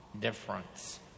difference